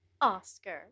Oscar